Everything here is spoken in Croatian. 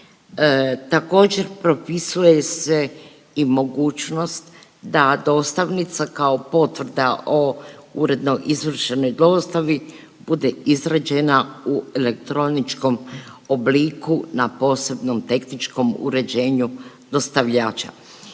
Također propisuje se i mogućnost da dostavnica kao potvrda o uredno izvršenoj dostavi bude izrađena u elektroničkom obliku na posebnom tehničkom uređenju dostavljača.